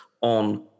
on